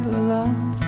alone